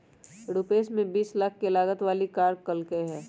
रूपश ने बीस लाख के लागत वाली कार लेल कय है